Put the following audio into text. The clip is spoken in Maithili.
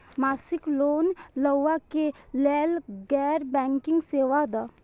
मासिक लोन लैवा कै लैल गैर बैंकिंग सेवा द?